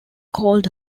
called